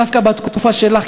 דווקא בתקופה שלך,